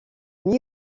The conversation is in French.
new